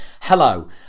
hello